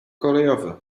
kolejowy